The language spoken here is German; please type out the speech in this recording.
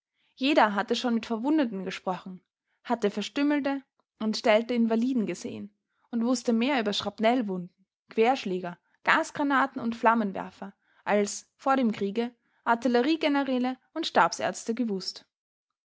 jeder hatte schon mit verwundeten gesprochen hatte verstümmelte entstellte invaliden gesehen und wußte mehr über schrapnellwunden querschläger gasgranaten und flammenwerfer als vor dem kriege artilleriegeneräle und stabsärzte gewußt